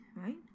right